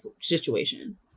situation